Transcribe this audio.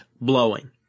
blowing